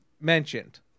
mentioned